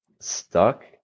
stuck